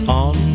on